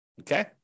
okay